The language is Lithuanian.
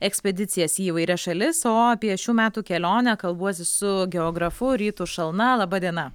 ekspedicijas į įvairias šalis o apie šių metų kelionę kalbuosi su geografu rytu šalna laba diena